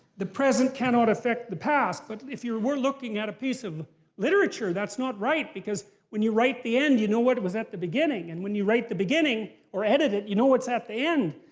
the present can not affect the past, but if you were were looking at a piece of literature, that's not right. because when you write the end, you know what was at the beginning, and when you write the beginning or edit it, you know what's at the end.